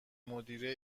مدیره